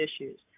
issues